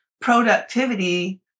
productivity